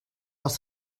les